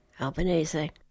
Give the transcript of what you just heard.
Albanese